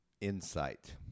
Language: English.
insight